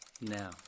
now